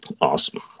awesome